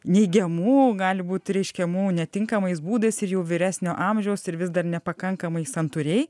neigiamų gali būti reiškiamų netinkamais būdais ir jau vyresnio amžiaus ir vis dar nepakankamai santūriai